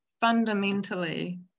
fundamentally